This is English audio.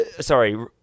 sorry